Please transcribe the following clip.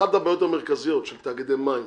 אחת הבעיות המרכזיות של תאגידי המים,